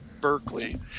Berkeley